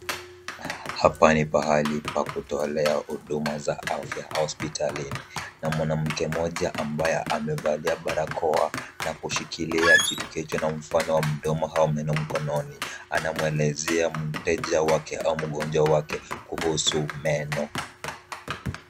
Hapa ni pahali pa kutolea huduma za afya au hospitalini na mwanamke mmoja ambaye amevalia barakoa na kushikilia kitu kilicho na mfano wa mdomo au meno mkononi anamwelezea mteja wake au mgonjwa wake kuhusu meno.